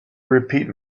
repeat